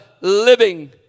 living